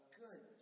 good